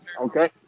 okay